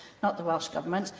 not the welsh government.